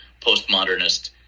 postmodernist